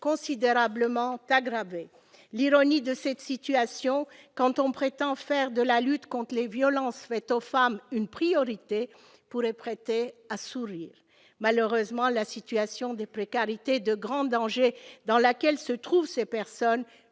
considérablement aggravée l'ironie de cette situation quand on prétend faire de la lutte contre les violences faites aux femmes une priorité pourrait prêter à sourire, malheureusement, la situation de précarité de grand danger dans laquelle se trouvent ces personnes